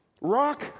Rock